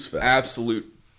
Absolute